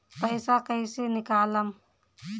पैसा कैसे निकालम?